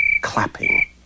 clapping